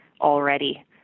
already